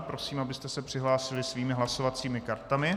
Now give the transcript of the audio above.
Prosím, abyste se přihlásili svými hlasovacími kartami.